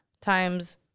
times